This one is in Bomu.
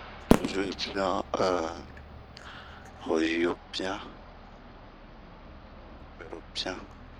Zue pian a yio pian, vɛro pian.